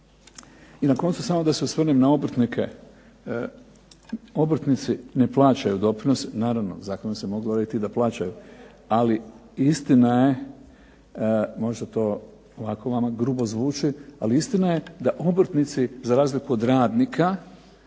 I na koncu samo da se osvrnem na obrtnike. Obrtnici ne plaćaju doprinose, naravno zakonom se mogu odrediti da plaćaju. Ali istina je, možda to ovako vama grubo zvuči, ali istina je da obrtnici za razliku od radnika